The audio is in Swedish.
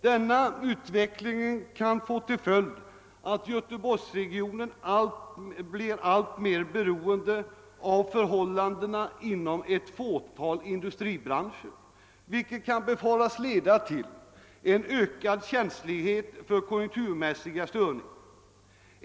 Denna utveckling kan få till följd att Göteborgsregionen blir alltmer beroende av förhållandena inom ett fåtal industribranscher, vilket kan befaras leda till en ökad känslighet för konjunkturmässiga störningar.